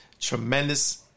tremendous